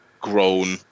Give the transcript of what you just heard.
grown